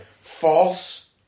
false